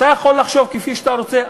אתה יכול לחשוב כפי שאתה רוצה,